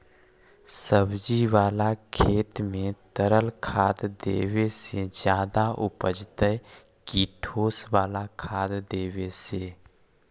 सब्जी बाला खेत में तरल खाद देवे से ज्यादा उपजतै कि ठोस वाला खाद देवे से?